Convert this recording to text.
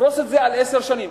תפרוס את זה על עשר שנים.